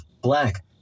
black